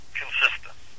consistent